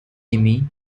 jimmy